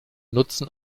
nutzen